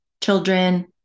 children